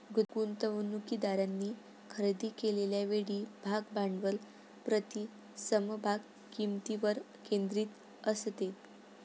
गुंतवणूकदारांनी खरेदी केलेल्या वेळी भाग भांडवल प्रति समभाग किंमतीवर केंद्रित असते